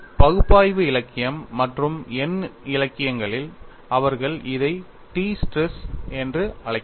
பகுப்பாய்வு இலக்கியம் மற்றும் எண் இலக்கியங்களில் அவர்கள் அதை டி ஸ்ட்ரெஸ் என்று அழைக்கிறார்கள்